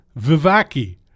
vivaki